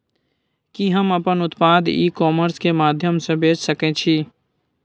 कि हम अपन उत्पाद ई कॉमर्स के माध्यम से बेच सकै छी?